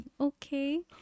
okay